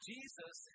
Jesus